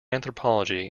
anthropology